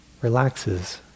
relaxes